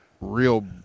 real